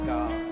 God